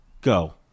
go